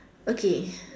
okay